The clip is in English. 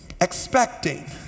Expecting